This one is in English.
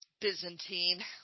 Byzantine